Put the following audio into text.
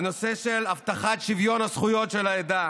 בנושא של הבטחת שוויון הזכויות של העדה,